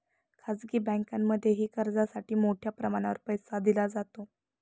खाजगी बँकांमध्येही कर्जासाठी मोठ्या प्रमाणावर पैसा दिला जातो